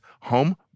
home